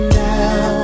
now